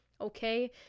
okay